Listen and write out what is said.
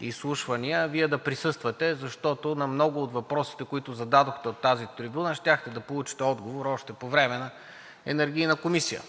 изслушвания, Вие да присъствате, защото на много от въпросите, които зададохте от тази трибуна, щяхте да получите отговор още по време на Енергийната комисия.